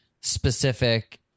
specific